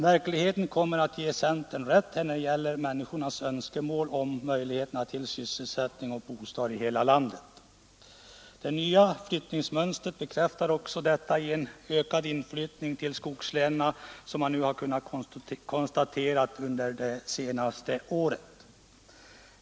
Verkligheten kommer att ge centern rätt när det gäller människornas önskemål om möjligheter till sysselsättning och bostad i hela landet. Det nya flyttningsmönstret bekräftar också detta genom att en ökad inflyttning till skogslänen har kunnat konstateras under det senaste året.